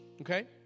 okay